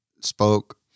spoke